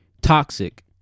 toxic